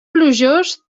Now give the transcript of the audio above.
plujós